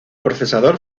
procesador